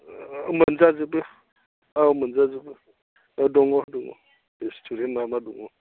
मोनजाजोबो औ मोनजाजोबो दङ दङ रेस्तुरेन्ट मा मा दङ